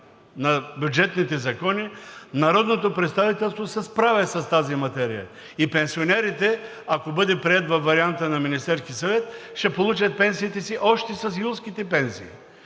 на бюджетните закони народното представителство се справя с тази материя и пенсионерите, ако бъде приет във варианта на Министерския съвет, ще получат пенсиите си още с юлските пенсии.